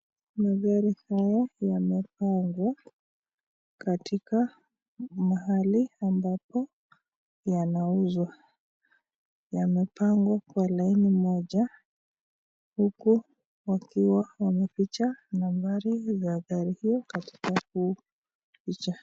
Magari haya yamepangwa katika mahali ambapo yanauzwa. Yamepangwa kwa laini moja huku wakiwa wameficha nambari za gari hiyo katika huu picha.